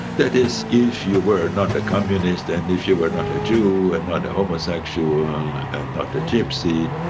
that is if you were not a communist and if you were not a jew and not a homosexual and not a gypsy,